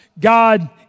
God